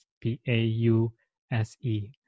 p-a-u-s-e